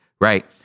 Right